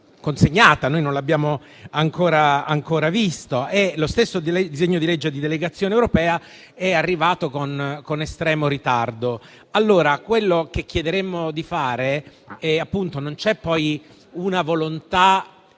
consegnata, noi non l'abbiamo ancora ancora vista e lo stesso disegno di legge di delegazione europea è arrivato con estremo ritardo. Rispetto a quello che chiederemmo di fare, non c'è una volontà